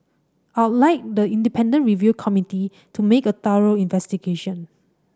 I'll like the independent review committee to make a thorough investigation